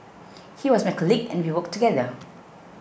he was my colleague and we worked together